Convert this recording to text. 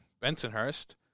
Bensonhurst